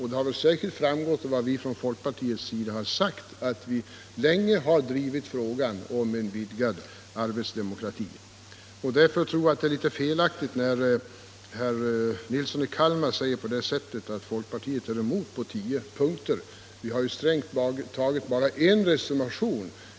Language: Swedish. Det har säkert framgått av vad vi från folkpartiets sida har sagt, att vi länge har drivit frågan om en vidgad arbetsdemokrati. Därför tror jag att det är litet felaktigt när herr Nilsson i Kalmar säger att folkpartiet gått emot förslaget på tio punkter. Vi har strängt taget bara en reservation.